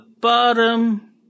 bottom